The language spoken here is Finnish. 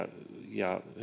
ja